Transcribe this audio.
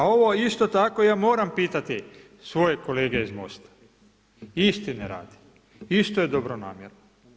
A ovo isto tako ja moram pitati svoje kolege iz Mosta, istine radi, isto je dobronamjerno.